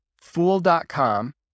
Fool.com